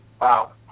Wow